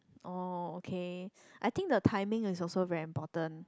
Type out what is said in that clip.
oh okay I think the timing is also very important